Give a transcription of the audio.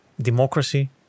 democracy